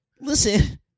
listen